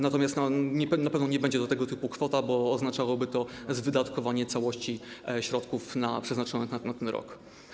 Natomiast na pewno nie będzie to tego typu kwota, bo oznaczałoby to wydatkowanie całości środków przeznaczonych na ten rok.